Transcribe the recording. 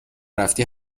رفتی